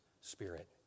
spirit